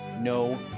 No